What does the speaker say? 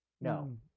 No